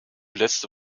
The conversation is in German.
letzte